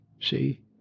See